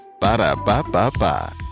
Ba-da-ba-ba-ba